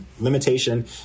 limitation